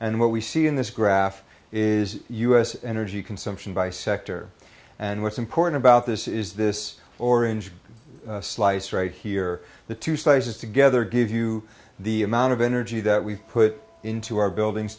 and what we see in this graph is u s energy consumption by sector and what's important about this is this orange slice right here the two slices together give you the amount of energy that we've put into our buildings